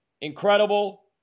incredible